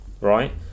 right